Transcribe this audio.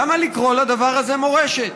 למה לקרוא לדבר הזה מורשת?